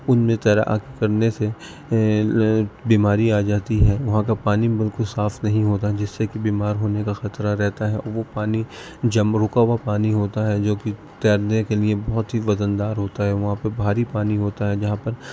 ان میں تیراک کرنے سے بیماری آ جاتی ہے وہاں کا پانی بالکل صاف نہیں ہوتا ہے جس سے کہ بیمار ہونے کا خطرہ رہتا ہے اور وہ پانی رکا ہوا پانی ہوتا ہے جو کہ تیرنے کے لیے بہت ہی وزن دار ہوتا ہے وہاں پہ بھاری پانی ہوتا ہے جہاں پر